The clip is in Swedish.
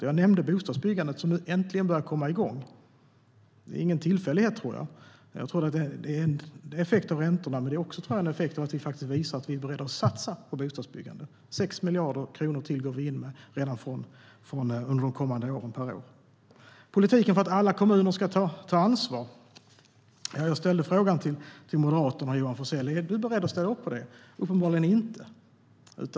Jag nämnde bostadsbyggandet, som nu äntligen börjar komma igång. Det är ingen tillfällighet. Det är en effekt av räntorna, men det är också en effekt av att vi visar att vi är beredda att satsa på bostadsbyggandet. Vi går in med ytterligare 6 miljarder kronor per år under de kommande åren. När det gäller en politik för att alla kommuner ska ta ansvar ställde jag frågan till Moderaternas Johan Forssell. Jag frågade: Är du beredd att ställa upp på det? Uppenbarligen inte.